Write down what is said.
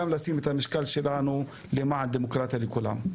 גם לשים את המשקל שלנו למען דמוקרטיה לכולם.